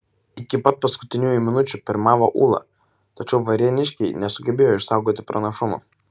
iki pat paskutiniųjų minučių pirmavo ūla tačiau varėniškiai nesugebėjo išsaugoti pranašumo